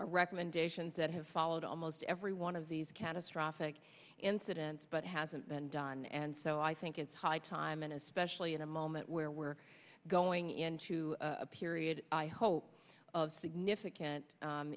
recommendations that have followed almost every one of these catastrophic incidents but it hasn't been done and so i think it's high time in especially in a moment where we're going into a period i hope of significant